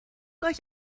euch